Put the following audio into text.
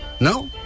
No